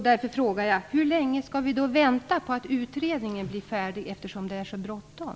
Därför frågar jag: Hur länge skall vi vänta på att utredningen blir färdig, eftersom det är så bråttom?